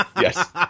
yes